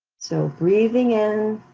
so breathing in